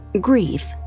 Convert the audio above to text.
Grief